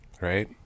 Right